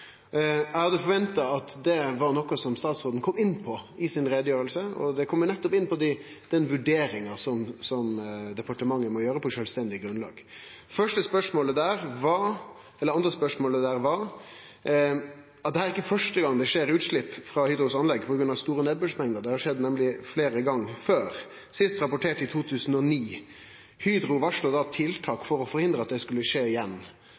Eg hadde venta det var noko statsråden kom inn på i utgreiinga si, at han kom nettopp inn på den vurderinga departementet må gjere på sjølvstendig grunnlag. Det andre spørsmålet der gjekk på at det ikkje er fyrste gong det skjer utslepp frå Hydro sitt anlegg på grunn av store mengder nedbør. Det har skjedd fleire gonger før, sist rapportert i 2009. Hydro varsla då tiltak for å forhindre at det skulle skje igjen.